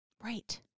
right